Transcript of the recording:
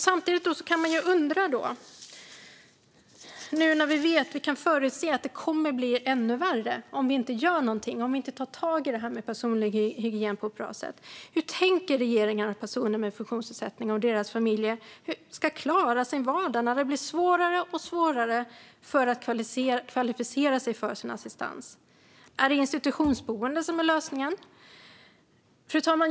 Samtidigt kan man undra, nu när vi vet och kan förutse att det kommer att bli ännu värre om vi inte gör någonting och inte tar tag i det här med personlig hygien på ett bra sätt: Hur tänker regeringen att personer med funktionsnedsättning och deras familjer ska klara sin vardag när det blir allt svårare att kvalificera sig för att få sin assistans? Är det institutionsboende som är lösningen? Fru talman!